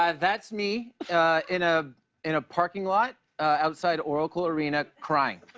um that's me in ah in a parking lot outside oracle arena, crying.